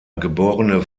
geborene